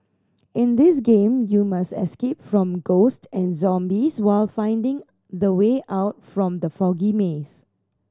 in this game you must escape from ghost and zombies while finding the way out from the foggy maze